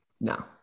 No